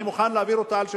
אני מוכן להעביר אותה על שמך,